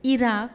Iraq